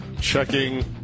Checking